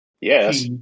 Yes